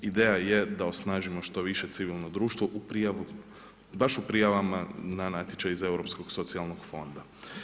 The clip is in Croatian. Ideja je da osnažimo što više civilno društvo u prijavu, baš u prijavama na natječaj iz Europskog socijalnog fonda.